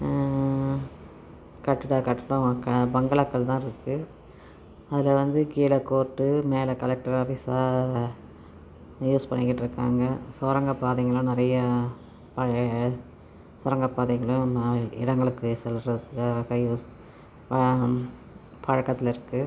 கட்டிடம் கட்டிடம் பங்களாக்கள் தான் இருக்குது அதில் வந்து கீழே கோர்ட்டு மேலே கலெக்ட்டர் ஆஃபீஸாக யூஸ் பண்ணிக்கிட்ருக்காங்கள் சுரங்கப் பாதைங்களும் நிறைய பழைய சுரங்க பாதைங்களும் இடங்களுக்குச் செல்கிறதுக்கு கயிறு பழக்கத்திலிருக்கு